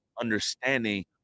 understanding